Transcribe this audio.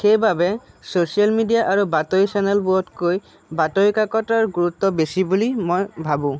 সেইবাবে social media আৰু বাতৰি চেনেলবোৰতকৈ বাতৰি কাকতৰ গুৰুত্ব বেছি বুলি মই ভাবোঁ